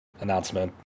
announcement